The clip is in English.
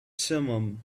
simum